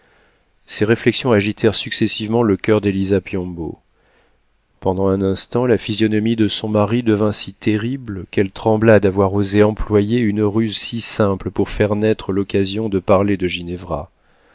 ces réflexions agitèrent successivement le coeur d'élisa piombo pendant un instant la physionomie de son mari devint si terrible qu'elle trembla d'avoir osé employer une ruse si simple pour faire naître l'occasion de parler de ginevra